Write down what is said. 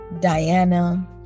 Diana